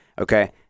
Okay